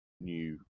new